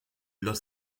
los